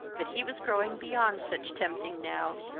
but he was growing beyond such tempting now,